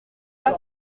pas